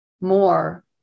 more